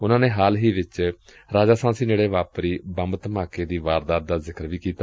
ਉਨੂਾ ਨੇ ਹਾਲ ਹੀ ਵਿਚ ਰਾਜਾਸਾਸੀ ਨੇੜੇ ਵਪਾਰੀ ਬੰਬ ਧਮਾਕੇ ਦੀ ਵਾਰਦਾਤ ਦਾ ਸ਼ਿਕਰ ਵੀ ਕੀਤਾ